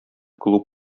клуб